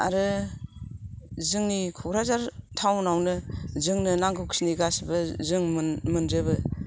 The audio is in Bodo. आरो जोंनि क'क्राझार टावनावनो जोंनो नांगौखिनि गासैबो जों मोनजोबो